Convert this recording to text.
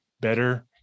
better